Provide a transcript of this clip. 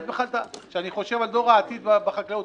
כשאני חושב על דור העתיד בחקלאות,